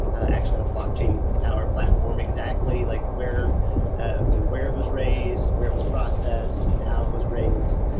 actually on a blockchain tower platform exactly like where ah it where it was raised, where it was processed, how it was raised.